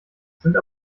sind